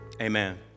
amen